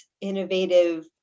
innovative